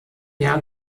jahr